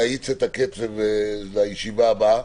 להאיץ את הקצב לישיבה הבאה.